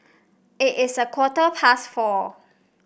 it is a quarter past four